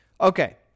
Okay